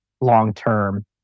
long-term